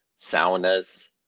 saunas